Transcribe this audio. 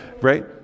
right